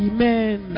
Amen